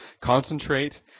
concentrate